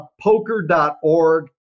poker.org